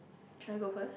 should I go first